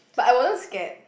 but I wasn't scared